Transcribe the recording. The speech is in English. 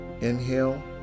Inhale